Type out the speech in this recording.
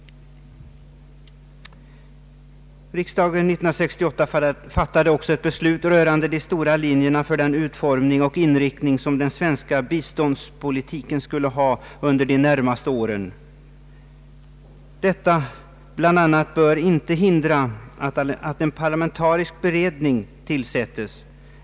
Riksdagen fattade också år 1968 ett beslut rörande de stora linjerna för den utformning och inriktning som den svenska biståndspolitiken skulle ha under de närmaste åren. Detta bör inte hindra att en parlamentarisk beredning tillsättes.